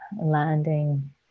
landing